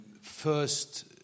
first